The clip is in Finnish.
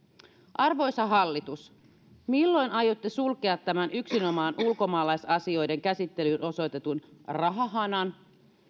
arvoisa hallitus milloin aiotte sulkea tämän yksinomaan ulkomaalaisasioiden käsittelyyn osoitetun rahahanan